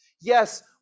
Yes